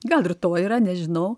gal ir to yra nežinau